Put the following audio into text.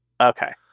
Okay